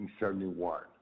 1971